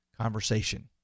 conversation